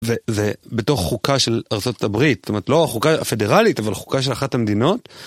זה בתוך חוקה של ארצות הברית, זאת אומרת, לא החוקה הפדרלית, אבל חוקה של אחת המדינות.